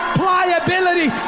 pliability